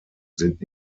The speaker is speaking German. sind